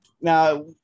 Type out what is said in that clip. Now